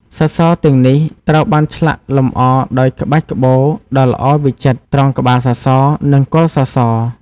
សសរទាំងនេះត្រូវបានឆ្លាក់លម្អដោយក្បាច់ក្បូរដ៏ល្អវិចិត្រត្រង់ក្បាលសសរ និងគល់សសរ។